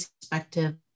perspective